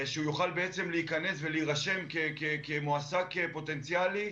שהוא יוכל להיכנס ולהירשם כמועסק פוטנציאלי,